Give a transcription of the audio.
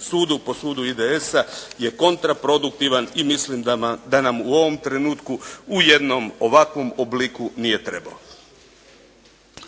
sudu, po sudu IDS-a je kontraproduktivan i mislim da nam u ovom trenutku u jednom ovakvom obliku nije trebao. **Šeks, Vladimir